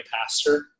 pastor